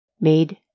made